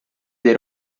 dei